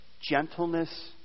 gentleness